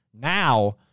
now